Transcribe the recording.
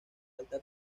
alta